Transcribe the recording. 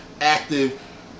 Active